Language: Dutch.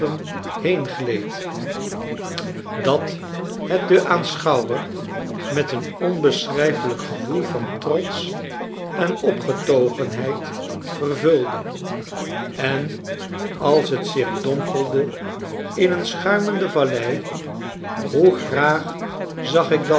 heengleed dat het den aanschouwer met een onbeschrijfelijk gevoel van trots en opgetogenheid vervulde en als t zich dompelde in een schuimende vallei hoe graag zag ik dan